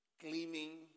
Gleaming